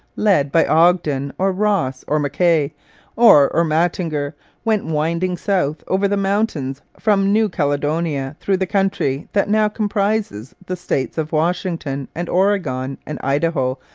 led by ogden, or ross, or m'kay or ermatinger went winding south over the mountains from new caledonia through the country that now comprises the states of washington and oregon and idaho,